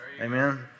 Amen